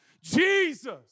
Jesus